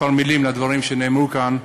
כמה מילים על הדברים שנאמרו כאן,